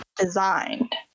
designed